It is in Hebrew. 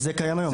זה קיים היום.